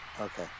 Okay